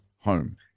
home